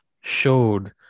showed